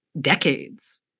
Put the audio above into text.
decades